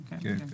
כן.